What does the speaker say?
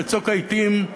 בצוק העתים,